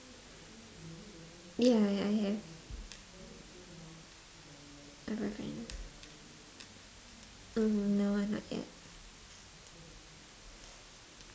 ya I have a boyfriend um no ah not yet